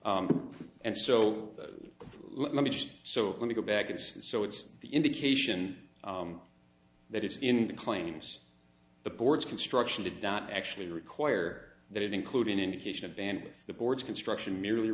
and so let me just so let me go back in school so it's the indication that it's in the claims the board's construction did not actually require that it include an indication of band with the board's construction merely